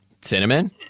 cinnamon